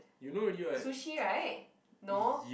sushi right no